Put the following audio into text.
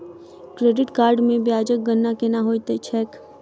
credit card मे ब्याजक गणना केना होइत छैक